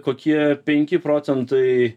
kokie penki procentai